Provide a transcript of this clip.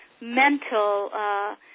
mental